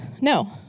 No